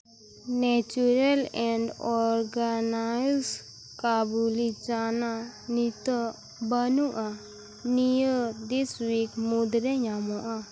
naturals and organics ᱠᱟᱵᱩᱞᱤ ᱪᱟᱱᱟ ᱱᱤᱛᱚᱜ ᱵᱟᱹᱱᱩᱜᱼᱟ ᱱᱤᱭᱟᱹ ᱫᱤᱥ ᱩᱭᱤᱠ ᱢᱩᱫᱽᱨᱮ ᱧᱟᱢᱚᱜᱼᱟ